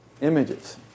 images